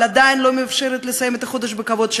אבל עדיין לא מאפשרת לסיים את החודש בכבוד,